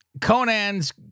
Conan's –